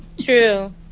True